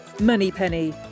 Moneypenny